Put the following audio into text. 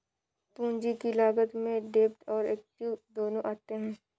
पूंजी की लागत में डेब्ट और एक्विट दोनों आते हैं